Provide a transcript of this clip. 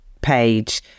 page